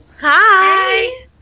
hi